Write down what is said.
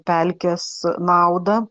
pelkes naudą